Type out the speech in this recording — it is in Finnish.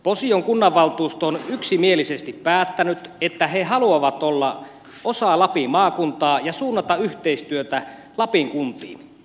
posion kunnanvaltuusto on yksimielisesti päättänyt että posiolaiset haluavat olla osa lapin maakuntaa ja suunnata yhteistyötä lapin kuntiin